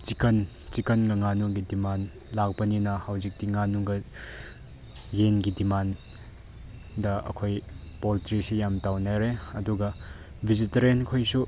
chicken ꯆꯤꯛꯀꯟꯒ ꯉꯥꯅꯨꯒꯤ demand ꯂꯥꯛꯄꯅꯤꯅ ꯍꯧꯖꯤꯛꯇꯤ ꯉꯥꯅꯨꯒ ꯌꯦꯟꯒꯤ ꯗꯤꯃꯥꯟꯗ ꯑꯩꯈꯣꯏ ꯄꯣꯜꯇ꯭ꯔꯤꯁꯤ ꯌꯥꯝ ꯇꯧꯅꯔꯦ ꯑꯗꯨꯒ ꯚꯦꯖꯤꯇꯔꯤꯌꯥꯟꯈꯣꯏꯁꯨ